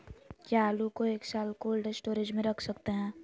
क्या आलू को एक साल कोल्ड स्टोरेज में रख सकते हैं?